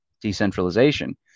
decentralization